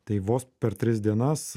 tai vos per tris dienas